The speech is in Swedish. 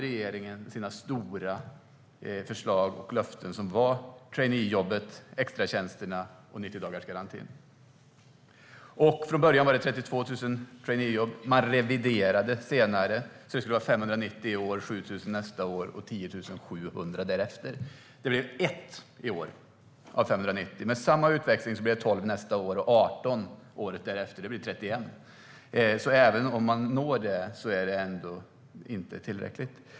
Regeringen hade sina stora förslag och löften i form av traineejobben, extratjänsterna och 90-dagarsgarantin. Från början var det 32 000 traineejobb. Senare reviderades det till att vara 590 i år, 7 000 nästa år och 10 700 därefter. Det blev ett traineejobb i år av totalt 590. Med samma utväxling blir det tolv nästa år och 18 året därefter. Det blir totalt 31. Även om det målet nås är det inte tillräckligt.